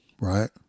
right